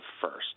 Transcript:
first